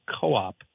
Co-op